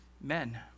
men